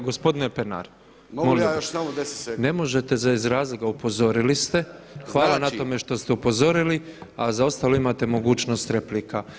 Gospodine Pernar, molim vas ne možete za iz razloga upozorili ste, hvala na tome što se upozorili, a za ostalo imate mogućnost replika.